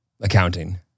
accounting